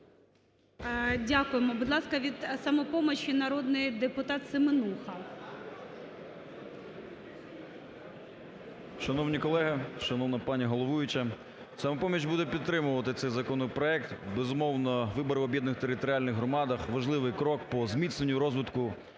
Дякуємо. Будь ласка, від "Самопомочі" народний депутат Семенуха. 13:14:42 СЕМЕНУХА Р.С. Шановні колеги! Шановна пані головуюча! "Самопоміч" буде підтримувати цей законопроект. Безумовно, вибори в об'єднаних територіальних громадах – важливий крок по зміцненню і розвитку